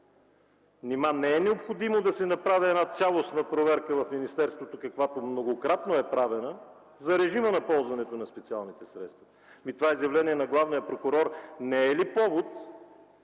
не е необходимо да се направи цялостна проверка в министерството, каквато многократно е правена, за режима на ползването на специалните средства? Това изявление на главния прокурор не е ли повод